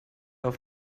auf